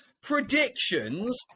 predictions